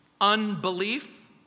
Unbelief